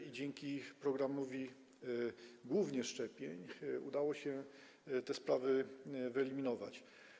A dzięki programowi, głównie szczepień, udało te sprawy wyeliminować.